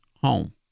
home